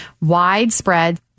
widespread